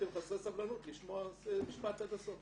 אתם חסרי סבלנות לשמוע משפט עד הסוף.